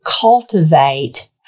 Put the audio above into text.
cultivate